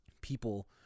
people